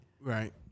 Right